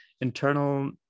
internal